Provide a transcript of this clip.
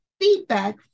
feedback